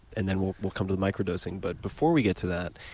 and then we'll we'll come to the micro-dosing. but before we get to that,